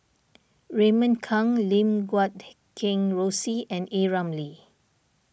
Raymond Kang Lim Guat Kheng Rosie and A Ramli